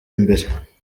imbere